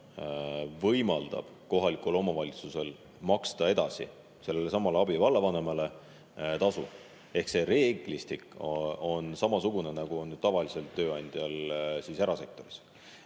võimaldab kohalikul omavalitsusel maksta tasu edasi abivallavanemale ehk see reeglistik on samasugune, nagu on tavalisel tööandjal erasektoris.